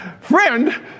friend